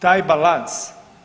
Taj balans.